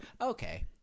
Okay